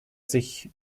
sich